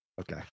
Okay